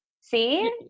see